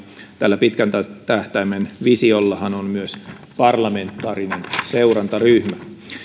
tällä pitkän tähtäimen visiollahan on myös parlamentaarinen seurantaryhmä